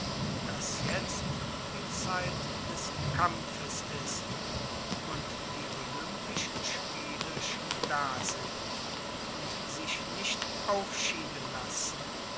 daß jetzt die zeit des kampfes ist und die olympischen spiele schon da sind und sich nicht aufschieben lassen